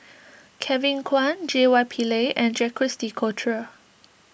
Kevin Kwan J Y Pillay and Jacques De Coutre